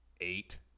eight